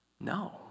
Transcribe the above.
No